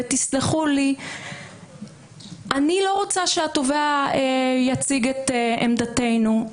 ותסלחו לי, אני לא רוצה שהתובע יציג את עמדתנו.